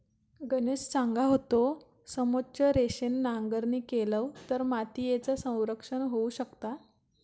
गणेश सांगा होतो, समोच्च रेषेन नांगरणी केलव तर मातीयेचा संरक्षण होऊ शकता